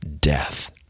death